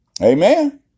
Amen